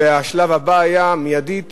והשלב הבא היה, מיידית